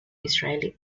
israeli